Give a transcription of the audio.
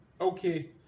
Okay